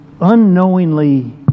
unknowingly